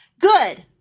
Good